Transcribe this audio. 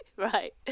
right